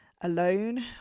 alone